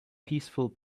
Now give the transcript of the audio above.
peaceful